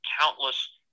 countless